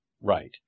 right